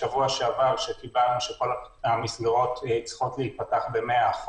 בשבוע שעבר קיבלנו שכל המסגרות צריכות להיפתח ב-100%.